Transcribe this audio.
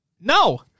No